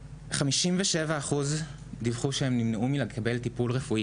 57% דווחו שנמנעו מלקבל טיפול רפואי,